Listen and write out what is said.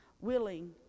willing